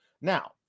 Now